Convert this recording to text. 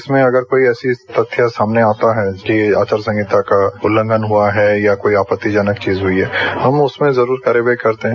इसमें अगर कोई ऐसी तथ्य सामने आता है कि आचार संहिता का उल्लंघन हुआ है या कोई आपत्तिजनक चीज हई है हम उसमें जरूर कार्रवाई करते हैं